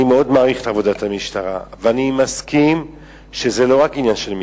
אני מאוד מעריך את עבודת המשטרה ואני מסכים שזה לא רק עניין של משטרה.